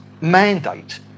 mandate